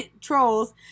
Trolls